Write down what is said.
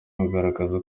kugaragaza